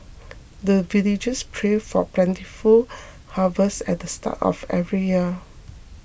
the villagers pray for plentiful harvest at the start of every year